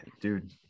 Dude